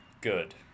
Good